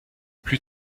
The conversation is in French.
plus